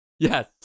Yes